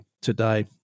today